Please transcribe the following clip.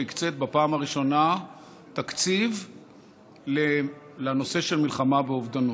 שהקצית בפעם הראשונה תקציב לנושא של מלחמה באובדנות,